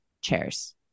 chairs